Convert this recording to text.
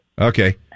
Okay